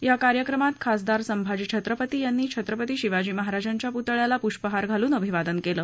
या कार्यक्रमात खासदार संभाजी छत्रपती यांनी छत्रपती शिवाजी महाराजांच्या पुतळ्याला पुष्पहार घालून अभिवादन केलं